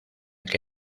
que